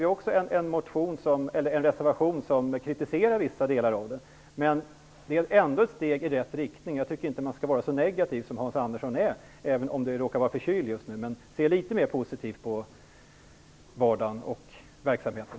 Vi har också en reservation som kritiserar vissa delar av det. Men det är ändå ett steg i rätt riktning. Jag tycker inte att man skall vara så negativ som Hans Andersson är även om han råkar vara förkyld just nu. Se litet mer positivt på vardagen och verksamheten!